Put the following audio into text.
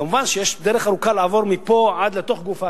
כמובן, יש דרך ארוכה לעבור מפה עד לתוך גוף האדם,